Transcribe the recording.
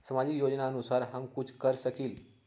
सामाजिक योजनानुसार हम कुछ कर सकील?